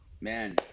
man